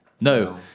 No